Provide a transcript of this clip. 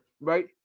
right